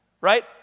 Right